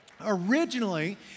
Originally